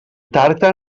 tàrtar